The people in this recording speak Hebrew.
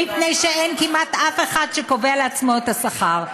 מפני שאין כמעט אף אחד שקובע לעצמו את השכר.